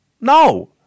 No